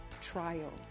trial